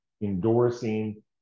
endorsing